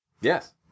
Yes